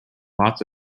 lots